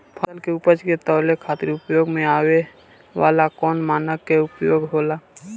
फसल के उपज के तौले खातिर उपयोग में आवे वाला कौन मानक के उपयोग होला?